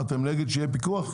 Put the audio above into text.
מה, אתם נגד שיהיה פיקוח?